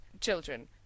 Children